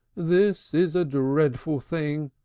this is a dreadful thing!